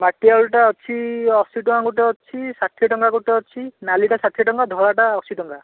ମାଟିଆଳୁଟା ଅଛି ଅଶୀ ଟଙ୍କା ଗୋଟେ ଅଛି ଷାଠିଏ ଟଙ୍କା ଗୋଟେ ଅଛି ନାଲିଟା ଷାଠିଏ ଟଙ୍କା ଧଳାଟା ଅଶୀ ଟଙ୍କା